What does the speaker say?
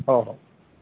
हो हो